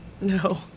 No